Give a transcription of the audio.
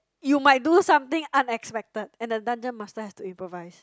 you might do something unexpected and the dungeon master has to improvise